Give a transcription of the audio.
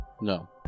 No